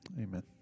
Amen